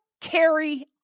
carry